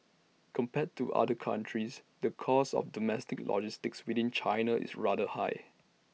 compared to other countries the cost of domestic logistics within China is rather high